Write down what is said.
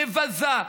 מבזה,